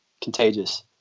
contagious